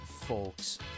folks